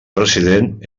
president